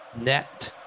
net